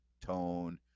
tone